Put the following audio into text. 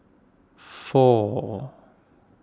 four